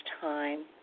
time